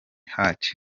hart